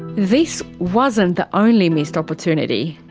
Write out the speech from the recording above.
this wasn't the only missed opportunity.